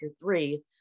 three